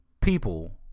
people